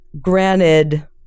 granted